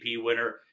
winner